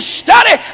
study